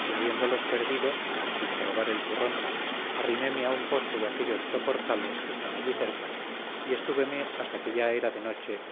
y habiéndolos perdido sin probar el turrón arriméme a un poste de aquellos soportales que están allí cerca y estúveme hasta que ya era de noche